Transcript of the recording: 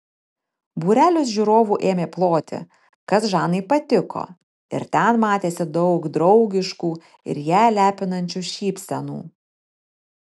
būrelis žiūrovų ėmė ploti kas žanai patiko ir ten matėsi daug draugiškų ir ją lepinančių šypsenų